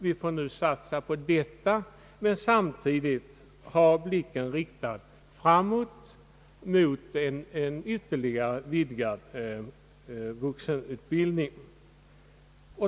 Vi får satsa på detta och samtidigt ha blicken riktad framåt mot en ytterligare vidgad vuxenutbildning.